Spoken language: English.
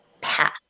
path